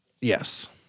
Yes